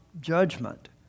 judgment